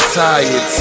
tired